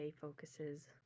focuses